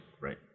right